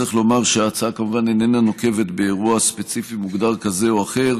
צריך לומר שההצעה כמובן איננה נוקבת באירוע ספציפי מוגדר כזה או אחר,